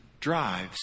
drives